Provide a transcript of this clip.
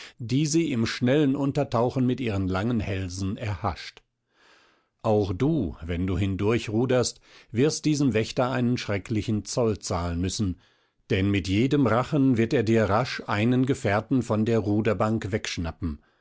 die sie im schnellen untertauchen mit ihren langen hälsen erhascht auch du wenn du hindurch ruderst wirst diesem wächter einen schrecklichen zoll zahlen müssen denn mit jedem rachen wird er dir rasch einen gefährten von der ruderbank wegschnappen